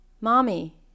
Mommy